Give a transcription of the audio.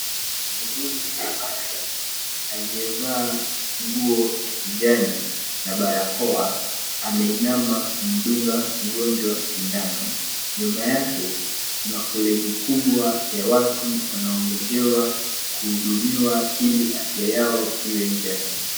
Mhudumu wa afya aliyevaa, nguo ya kijani, na barakoa, ameinama kudunga mgonjwa wa sindano. Nyuma yake kuna foleni kubwa ya watu wanaongojewa kuhudumiwa ili afya yao iwe njema.